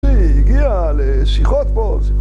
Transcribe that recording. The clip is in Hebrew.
היא הגיעה לשיחות פה